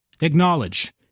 Acknowledge